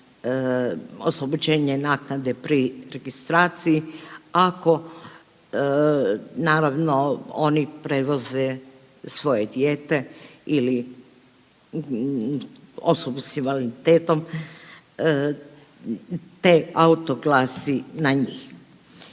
oslobođenje naknade pri registraciji, ako naravno oni prevoze svoje dijete ili osobu s invaliditetom te autoklasi na njih.